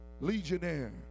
Legionnaire